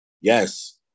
Yes